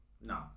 No